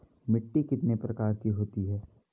मिट्टी कितने प्रकार की होती है?